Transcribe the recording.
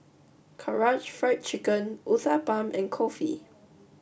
Karaage Fried Chicken Uthapam and Kulfi